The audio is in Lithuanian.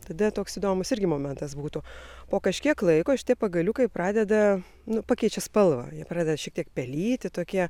tada toks įdomus irgi momentas būtų po kažkiek laiko šitie pagaliukai pradeda nu pakeičia spalvą jie pradeda šiek tiek pelyti tokie